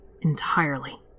entirely